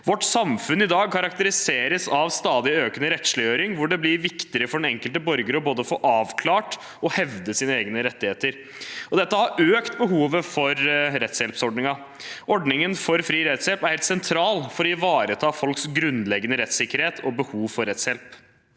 Vårt samfunn i dag karakteriseres av en stadig økende rettsliggjøring, hvor det blir viktigere for den enkelte borger å få både avklart og hevdet sine rettigheter. Dette har økt behovet for rettshjelpsordningen. Ordningen for fri rettshjelp er helt sentral for å ivareta folks grunnleggende rettssikkerhet og behov for rettshjelp.